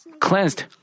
cleansed